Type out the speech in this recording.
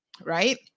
Right